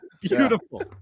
Beautiful